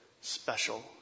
special